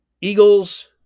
eagles